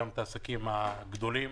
גם את העסקים הגדולים,